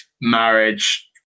marriage